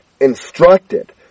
instructed